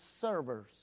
servers